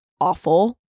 awful